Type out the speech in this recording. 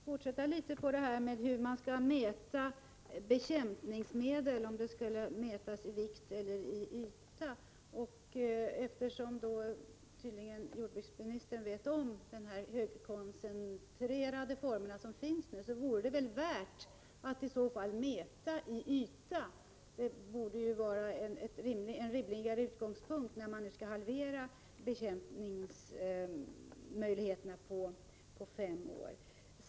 Herr talman! Jag skulle något vilja fortsätta debatten om hur man skall mäta användningen av bekämpningsmedel. Skall man utgå från medlens vikt eller markens yta? Eftersom jordbruksministern tydligen känner till de högkoncentrerade former som i dag finns, kanske han håller med om att det vore värt att mäta ytan. Det borde vara en rimlig utgångspunkt, när användningen av bekämpningsmedel nu skall halveras på fem år.